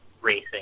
racing